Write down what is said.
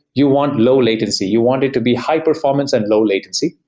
you want low-latency. you want it to be high-performance and low latency.